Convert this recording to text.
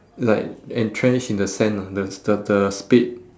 like entrenched in the sand ah the s~ the the spade